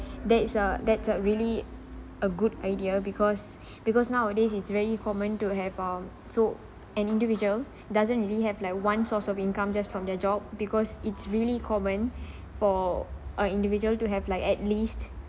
that's a that's a really a good idea because because nowadays is very common to have um so an individual doesn't really have like one source of income just from their job because it's really common for a individual to have like at least